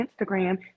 Instagram